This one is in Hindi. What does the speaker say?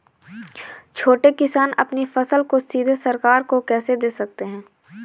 छोटे किसान अपनी फसल को सीधे सरकार को कैसे दे सकते हैं?